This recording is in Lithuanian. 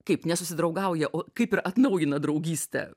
kaip nesusidraugauja o kaip ir atnaujina draugystę